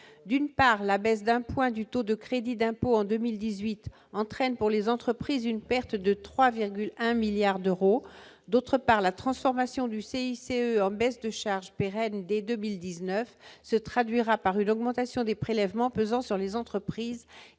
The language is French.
d'une part la baisse d'un point du taux de crédit d'impôts en 2018 entraîne pour les entreprises, une perte de 3,1 milliards d'euros d'autre part, la transformation du CICE en baisses de charges pérennes dès 2019 se traduira par une augmentation des prélèvements pesant sur les entreprises,